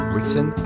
Written